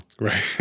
Right